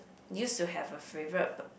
used to have a favourite b~